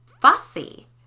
Fussy